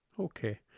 Okay